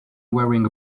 wearing